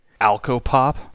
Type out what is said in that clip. Alcopop